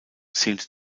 zählte